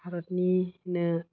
भारतनिनो